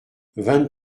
vingt